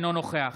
אינו נוכח